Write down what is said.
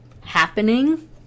happening